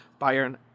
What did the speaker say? Bayern